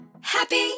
Happy